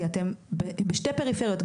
כי אתם בשתי פריפריות,